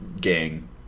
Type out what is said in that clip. gang